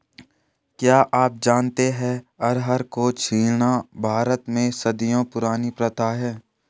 क्या आप जानते है अरहर को छीलना भारत में सदियों पुरानी प्रथा है?